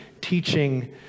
teaching